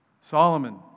Solomon